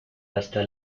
hasta